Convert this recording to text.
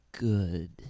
Good